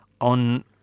on